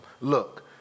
look